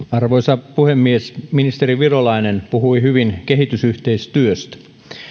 arvoisa puhemies ministeri virolainen puhui hyvin kehitysyhteistyöstä